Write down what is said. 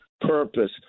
purpose